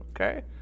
okay